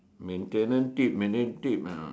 maintenance tip maintain tip ah